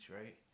Right